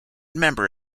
member